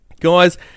Guys